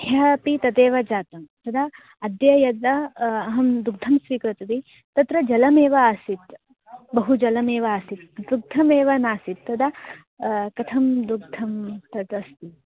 ह्यः अपि तदेव जातं तदा अद्य यदा अहं दुग्धं स्वीकृतवती तत्र जलमेव आसीत् बहु जलमेव आसीत् दुग्धमेव नासीत् तदा कथं दुग्धं तत् अस्ति